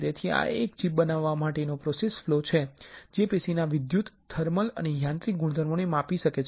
તેથી આ એક ચિપ બનાવવા માટેનો પ્રોસેસ ફ્લો છે જે પેશીના વિદ્યુત થર્મલ અને યાંત્રિક ગુણધર્મોને માપી શકે છે